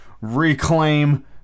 reclaim